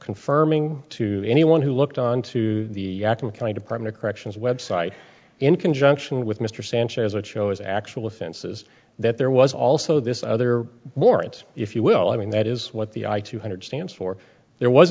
confirming to anyone who looked onto the kind of partner corrections website in conjunction with mr sanchez that shows actual offenses that there was also this other warrant if you will i mean that is what the i two hundred stands for there was